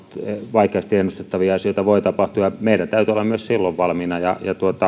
vaikeasti ennustettavia asioita voi tapahtua meidän täytyy olla myös silloin valmiina ja